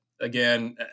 again